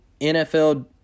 NFL